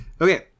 Okay